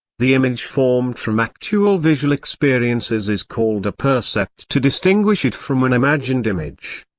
the image formed from actual visual experiences is called a percept to distinguish it from an imagined image.